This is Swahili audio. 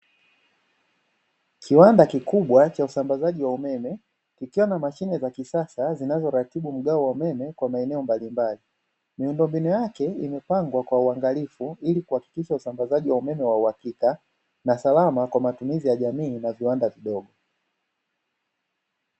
Kiwanda kikubwa cha usambazaji wa umeme kikiwa na mashine za kisasa zinazoratibu mgao wa umeme kwa maeneo mbalimbali, miundombinu yake imepangwa kwa uangalifu ili kuhakikisha usambazaji wa umeme wa uhakika na salama kwa matumizi ya jamii na viwanda vidogo.